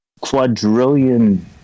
quadrillion